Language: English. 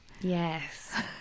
Yes